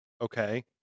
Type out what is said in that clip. Okay